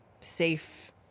safe